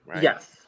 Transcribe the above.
Yes